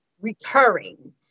recurring